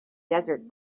desert